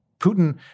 Putin